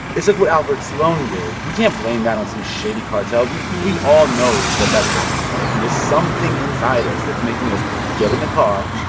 it's like what albert sloan did. we can't blame that on some shady cartel yeah we all know that that's happening, right? and there's something inside us that's making us get in the car,